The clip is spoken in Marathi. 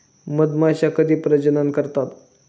मधमाश्या कधी प्रजनन करतात?